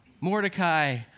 Mordecai